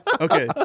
Okay